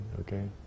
okay